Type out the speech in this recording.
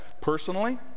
personally